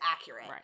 accurate